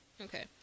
Okay